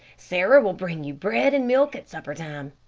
sarah will bring you bread and milk at supper-time.